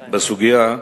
בסוגיה,